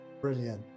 brilliant